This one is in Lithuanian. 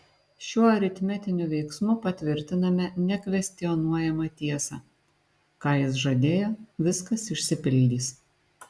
šiuo aritmetiniu veiksmu patvirtiname nekvestionuojamą tiesą ką jis žadėjo viskas išsipildys